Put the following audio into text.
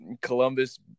Columbus